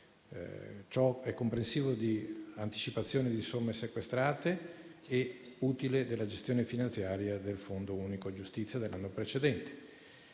Ciò è comprensivo di anticipazione di somme sequestrate e utile della gestione finanziaria del Fondo unico giustizia dell'anno precedente.